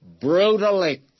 brutally